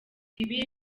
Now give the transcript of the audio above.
ibi